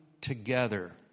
together